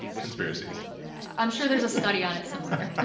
conspiracies i'm sure there's a study on it somewhere,